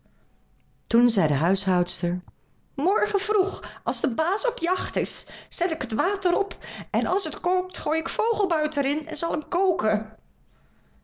toen zei de huishoudster morgen vroeg als de baas op jacht is zet ik het water op en als het kookt gooi ik vogelbuit er in en zal hem koken